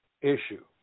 issue